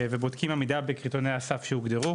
ובודקים עמידה בקריטריוני הסף שהוגדרו